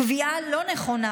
קביעה לא נכונה,